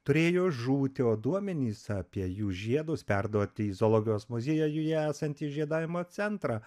turėjo žūti o duomenis apie jų žiedus perduoti į zoologijos muziejuje esantį žiedavimo centrą